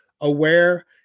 aware